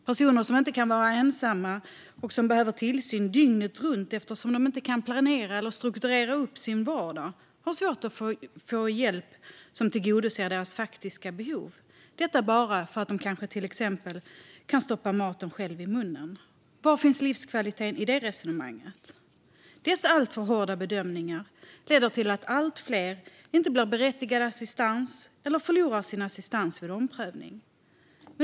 Personer som inte kan vara ensamma och som behöver tillsyn dygnet runt eftersom de inte kan planera och strukturera sin vardag har svårt att få hjälp som tillgodoser deras faktiska behov - detta bara för att de till exempel kan stoppa maten i munnen själva. Var finns livskvaliteten i det resonemanget? Dessa alltför hårda bedömningar leder till att allt fler inte blir berättigade till assistans eller förlorar sin assistans vid omprövning.